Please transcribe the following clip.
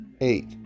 eight